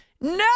No